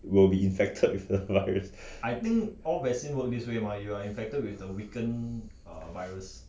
will be infected with the virus